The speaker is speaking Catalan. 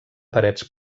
parets